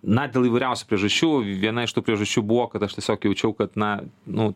na dėl įvairiausių priežasčių viena iš tų priežasčių buvo kad aš tiesiog jaučiau kad na nu